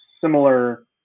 similar